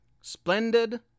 Splendid